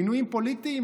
מינויים פוליטיים,